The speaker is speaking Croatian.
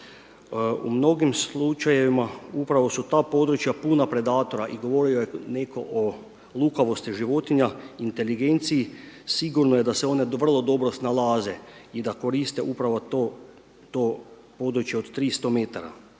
U mnogim slučajevima upravo su ta područja puna predatora i govorio je netko o lukavosti životinja, inteligenciji sigurno je da se one vrlo dobro snalaze i da koriste upravo to područje od 300m,